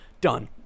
Done